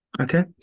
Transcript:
Okay